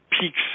peaks